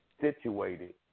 situated